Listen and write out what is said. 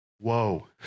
Whoa